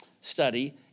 study